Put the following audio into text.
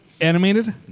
animated